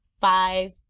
five